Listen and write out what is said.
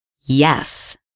Yes